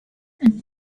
and